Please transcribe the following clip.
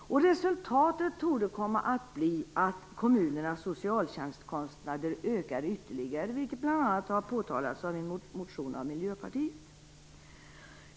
Resultatet torde komma att bli att kommunernas socialtjänstkostnader ökar ytterligare, vilket bl.a. har påtalats i en motion av Miljöpartiet.